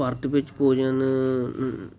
ਭਾਰਤ ਵਿੱਚ ਭੋਜਨ